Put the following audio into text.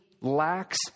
lacks